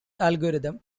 algorithm